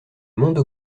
monde